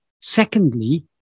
Secondly